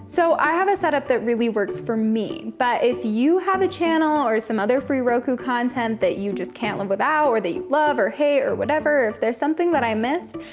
so i have a setup that really works for me, but if you have a channel or some other free roku content that you just can't live without, or that you love, or hate, or whatever, if there's something that i missed,